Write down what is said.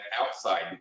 outside